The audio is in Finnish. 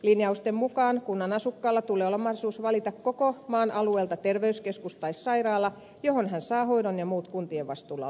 linjausten mukaan kunnan asukkaalla tulee olla mahdollisuus valita koko maan alueelta terveyskeskus tai sairaala johon hän saa hoidon ja muut kuntien vastuulla olevat palvelut